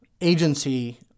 agency